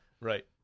Right